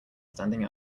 standing